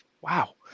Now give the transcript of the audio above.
wow